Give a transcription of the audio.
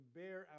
bear